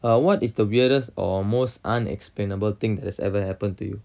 but what is the weirdest or most unexplainable thing that has ever happened to you